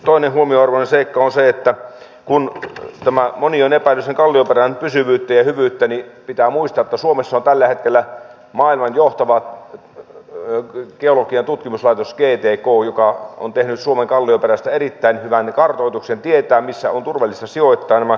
toinen huomionarvoinen seikka on se että kun moni on epäillyt sen kallioperän pysyvyyttä ja hyvyyttä niin pitää muistaa että suomessa on tällä hetkellä maailman johtava geologian tutkimuslaitos gtk joka on tehnyt suomen kallioperästä erittäin hyvän kartoituksen ja tietää mihin on turvallista sijoittaa nämä jätteet